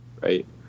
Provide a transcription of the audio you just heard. Right